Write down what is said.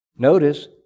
Notice